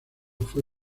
fue